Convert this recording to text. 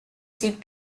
seek